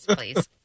please